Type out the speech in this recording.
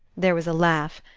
there was a laugh.